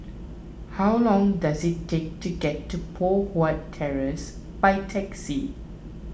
how long does it take to get to Poh Huat Terrace by taxi